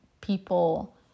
people